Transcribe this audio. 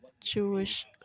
Jewish